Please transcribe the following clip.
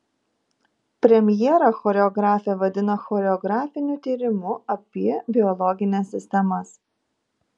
premjerą choreografė vadina choreografiniu tyrimu apie biologines sistemas